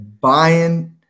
buying